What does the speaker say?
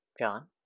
John